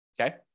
Okay